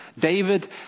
David